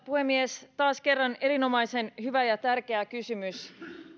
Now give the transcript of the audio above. puhemies taas kerran erinomaisen hyvä ja tärkeä kysymys